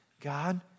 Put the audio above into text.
God